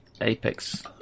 Apex